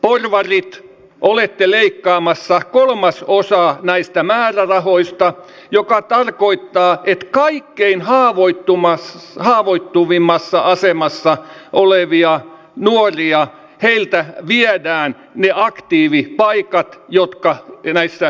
te porvarit olette leikkaamassa kolmasosaa näistä määrärahoista mikä tarkoittaa että kaikkein haavoittuvimmassa asemassa olevilta nuorilta viedään ne aktiivipaikat jotka näissä työpajoissa ovat